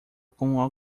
como